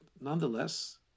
Nonetheless